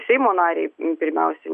seimo narei pirmiausiai